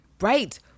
Right